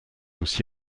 aussi